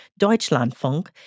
Deutschlandfunk